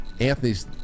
Anthony's